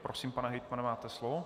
Prosím, pane hejtmane, máte slovo.